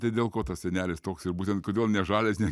tai dėl ko tas senelis toks ir būtent kodėl ne žalias ne